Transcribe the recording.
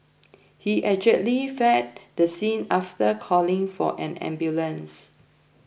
he allegedly fled the scene after calling for an ambulance